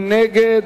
55, נגד,